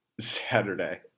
Saturday